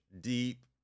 deep